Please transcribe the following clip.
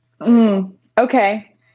okay